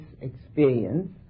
experience